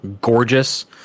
gorgeous